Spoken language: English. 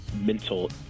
mental